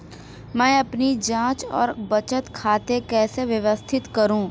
मैं अपनी जांच और बचत खाते कैसे व्यवस्थित करूँ?